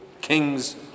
Kings